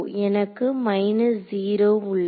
எனக்கு மைனஸ் 0 உள்ளது